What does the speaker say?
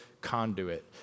conduit